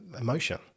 emotion